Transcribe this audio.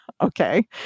Okay